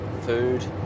food